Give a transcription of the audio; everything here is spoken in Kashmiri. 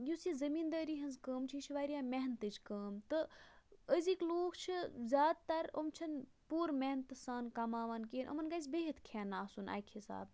یُس یہِ زٔمیٖندٲری ہِنٛز کٲم چھِ یہِ چھِ واریاہ محنتٕچ کٲم تہٕ أزِکۍ لوٗکھ چھِ زیادٕ تر یِم چھِنہٕ پوٗرٕ محنتہٕ سان کَماوان کینٛہہ یِمَن گَژھِ بِہِتھ کھین آسُن اکہِ حِساب